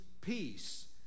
peace